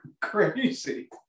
crazy